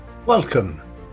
Welcome